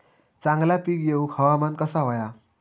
चांगला पीक येऊक हवामान कसा होया?